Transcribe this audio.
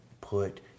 put